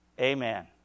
Amen